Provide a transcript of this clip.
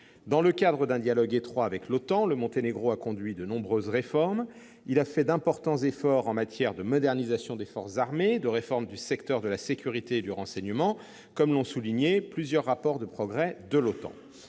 Dans le cadre d'un dialogue étroit avec l'OTAN, le Monténégro a conduit de nombreuses réformes. Il a fait d'importants efforts en matière de modernisation des forces armées et de réforme du secteur de la sécurité et du renseignement, comme l'ont souligné plusieurs rapports de progrès de l'OTAN.